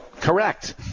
correct